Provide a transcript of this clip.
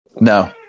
no